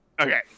Okay